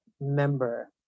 member